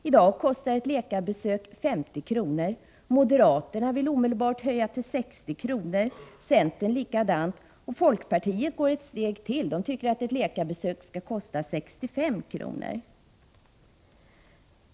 I dag kostar ett läkarbesök 50 kr. Moderaterna vill omedelbart höja till 60 kr. — centern likaså. Folkpartiet går ett steg längre och tycker att ett läkarbesök skall kosta 65 kr.